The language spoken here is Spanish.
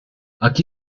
aquí